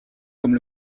comme